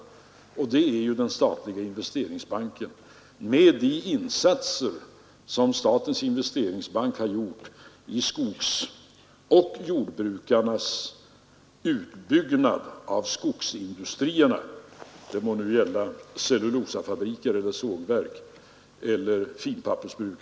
Den finansieringskällan är den statliga investeringsbanken med de insatser den har gjort för skogsoch jordbrukarnas utbyggnad av skogsindustrierna det må nu gälla cellulosafabriker, sågverk eller finpappersbruk.